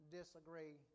disagree